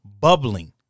bubbling